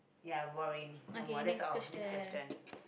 ya boring no more that's all next question